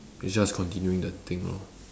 it's just continuing the thing lor